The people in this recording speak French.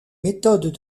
méthodes